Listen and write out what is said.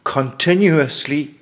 Continuously